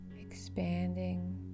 Expanding